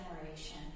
generation